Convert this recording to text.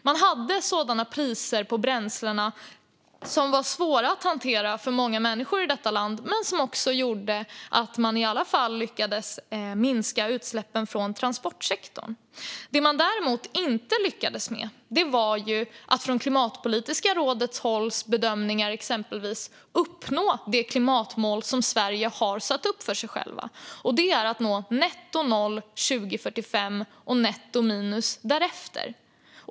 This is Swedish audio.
Man hade bränslepriser som var svåra att hantera för många människor i detta land men som också gjorde att man i alla fall lyckades minska utsläppen från transportsektorn. Det man däremot inte skulle lyckas med, enligt exempelvis Klimatpolitiska rådets bedömningar, var att uppnå det klimatmål som Sverige har satt upp för sig självt, nämligen att nå netto noll 2045 och netto minus därefter.